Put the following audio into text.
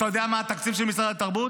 אתה יודע מה התקציב של משרד התרבות?